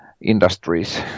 industries